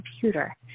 computer